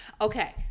Okay